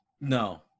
No